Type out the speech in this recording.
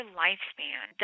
lifespan